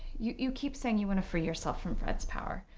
you you keep saying you want to free yourself from fred's power.